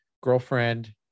girlfriend